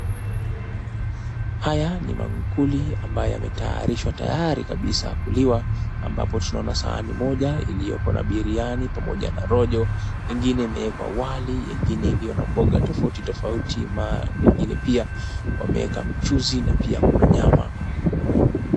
Haya ni maakuli ambayo yametayarishwa tayari kabisa kuliwa. Ambapo tunaona sahani moja iliyoko na biriani pamoja na rojo. Ingine imewekwa wali, ingine iliyo na mboga tofauti tofauti. Mengine pia wameweka mchuzi na pia kuna nyama.